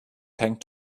tank